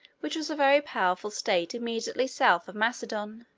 which was a very powerful state immediately south of macedon.